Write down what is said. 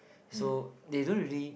so they don't really